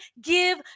give